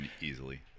Easily